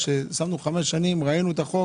הפקדנו במשך חמש שנים, ראינו את החוק